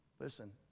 Listen